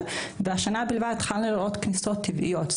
והשנה בלבד התחלנו לראות כניסות טבעיות.